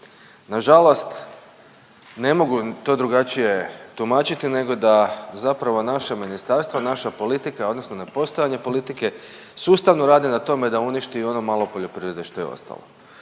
Nažalost ne mogu to drugačije tumačiti nego da zapravo naše ministarstvo, naša politika odnosno nepostojanje politike sustavno rade na tome da uništi i ono malo poljoprivrede što je ostalo.